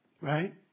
Right